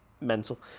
Mental